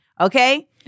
Okay